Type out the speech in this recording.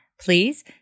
Please